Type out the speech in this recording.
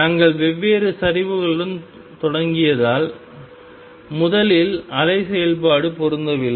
நாங்கள் வெவ்வேறு சரிவுகளுடன் தொடங்கியதால் முதலில் அலை செயல்பாடு பொருந்தவில்லை